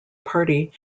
party